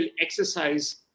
exercise